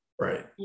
right